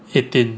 eighteen